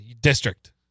district